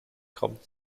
gramm